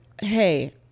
hey